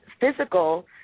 physical